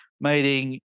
meeting